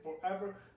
forever